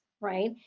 right